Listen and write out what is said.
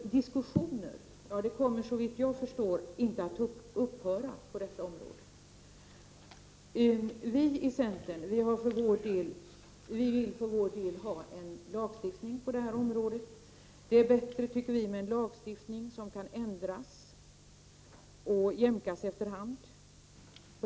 Diskussionerna på detta område kommer, såvitt jag förstår, inte att upphöra. Vi i centerpartiet vill för vår del få en lagstiftning på det här området. Vi tycker att det är bättre att på detta känsliga område ha en lagstiftning som kan jämkas och ändras efter hand.